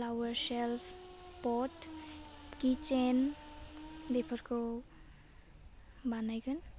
प्लावार shelf पड किटचेन्ट बेफोरखौ बानायगोन